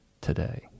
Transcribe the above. today